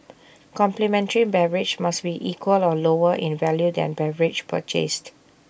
complimentary beverage must be equal or lower in value than beverage purchased